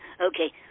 Okay